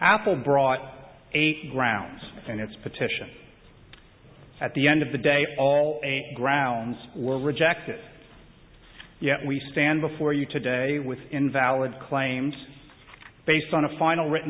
apple brought a grounds and it's petition at the end of the day all grounds were rejected yet we stand before you today with invalid claims based on a final written